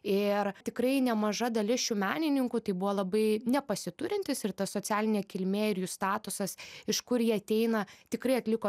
ir tikrai nemaža dalis šių menininkų tai buvo labai nepasiturintys ir ta socialinė kilmė ir jų statusas iš kur jie ateina tikrai atliko